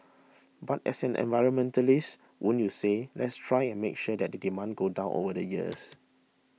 but as an environmentalist wouldn't you say let's try and make sure that the demand goes down over the years